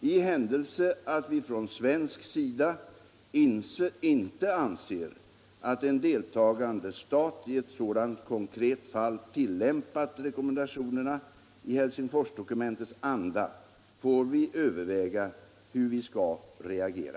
I händelse att vi från svensk sida inte anser att en deltagande stat i ett sådant konkret fall tillämpat rekommendationerna i Helsingforsdokumentets anda får vi överväga hur vi skall reagera.